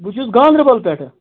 بہٕ چھُس گاندربَل پٮ۪ٹھٕ